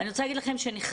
אני רוצה להגיד לכם שנחרדתי,